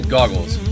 Goggles